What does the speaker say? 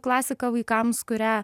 klasika vaikams kurią